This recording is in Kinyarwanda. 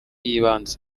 y’ibanze